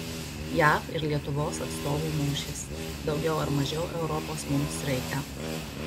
jav ir lietuvos atstovų mūšis daugiau ar mažiau europos mums reikia